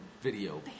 video